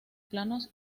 planos